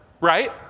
Right